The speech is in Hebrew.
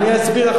אני אסביר לך,